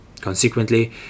Consequently